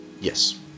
Yes